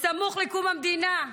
בסמוך לקום המדינה,